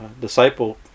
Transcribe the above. disciple